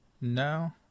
No